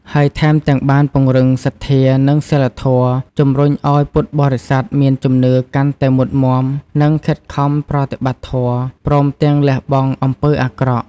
ហើយថែមទាំងបានពង្រឹងសទ្ធា និងសីលធម៌ ជំរុញឱ្យពុទ្ធបរិស័ទមានជំនឿកាន់តែមុតមាំ និងខិតខំប្រតិបត្តិធម៌ ព្រមទាំងលះបង់អំពើអាក្រក់។